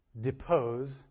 depose